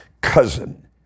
cousin